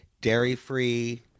dairy-free